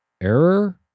error